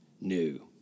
new